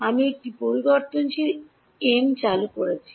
আমি একটি পরিবর্তনশীল মি চালু করেছি